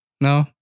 No